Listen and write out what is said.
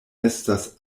estas